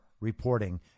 Reporting